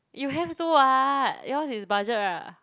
you have to what yours is budget [right] [what]